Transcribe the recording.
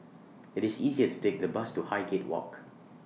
IT IS easier to Take The Bus to Highgate Walk